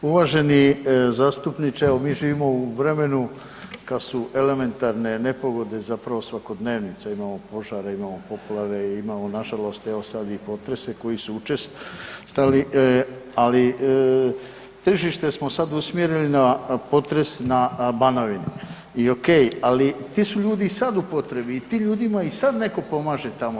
Uvaženi zastupniče, mi živimo u vremenu kad su elementarne nepogode zapravo svakodnevica, imamo požare, imamo poplave i imamo nažalost evo sad i potrese koji su učestali ali tržište smo sad usmjerili na potres na Banovini i ok, ali ti su ljudi sad u potrebi i tim ljudima i sad neko pomaže tamo.